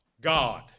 God